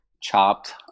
chopped